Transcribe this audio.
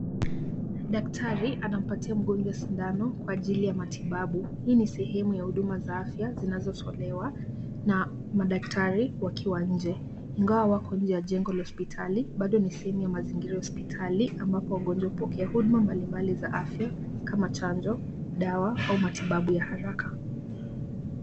Daktari, anapatia mgonjwa sindano kwa ajili ya matibabu. Hii ni sehemu ya huduma za afya, zinazotolewa na madaktari wakiwa nje. Ingawa wako nje la jengo la hospitali, bado ni sehemu ya mazingira ya hospitali ambapo wagonjwa hupokea huduma mbalimbali za afya kama chanjo, dawa au matibabu ya haraka.